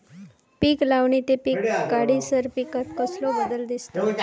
पीक लावणी ते पीक काढीसर पिकांत कसलो बदल दिसता?